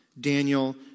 Daniel